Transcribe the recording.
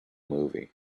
movie